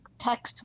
Text